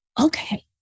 okay